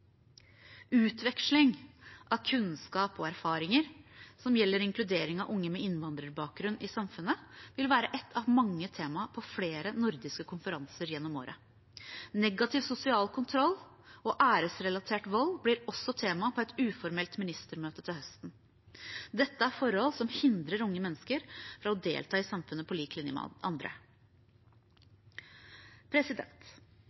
Utveksling av kunnskap og erfaringer som gjelder inkludering av unge med innvandrerbakgrunn i samfunnet vil være ett av mange tema på flere nordiske konferanser gjennom året. Negativ sosial kontroll og æresrelatert vold blir også tema på et uformelt ministermøte til høsten. Dette er forhold som hindrer unge mennesker i å delta i samfunnet på lik linje med